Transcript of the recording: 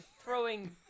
throwing